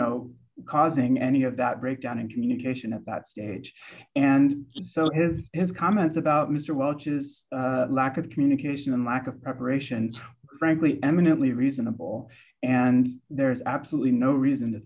know causing any of that breakdown in communication at that stage and so his his comments about mr welch's lack of communication and lack of preparation frankly eminently reasonable and there's absolutely no reason to